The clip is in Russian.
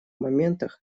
моментах